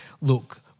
look